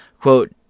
Quote